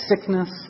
sickness